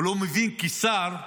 הוא לא מבין, כשר,